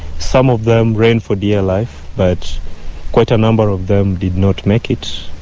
some of them ran for dear life, but quite a number of them did not make it,